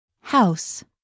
House